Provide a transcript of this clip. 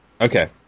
Okay